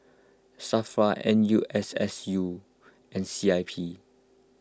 Safra N U S S U and C I P